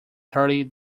thirty